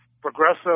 progressive